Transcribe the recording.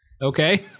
Okay